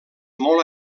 molt